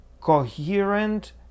coherent